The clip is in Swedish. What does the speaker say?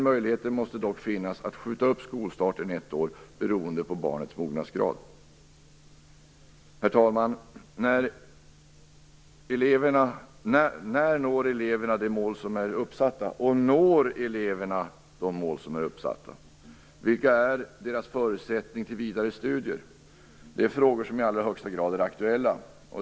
Möjligheter måste dock finnas att skjuta upp skolstarten ett år beroende på barnets mognadsgrad. Herr talman! När når eleverna de mål som är uppsatta, och når eleverna de mål som är uppsatta? Vilka är deras förutsättningar för vidare studier? Det är frågor som i allra högsta grad är aktuella.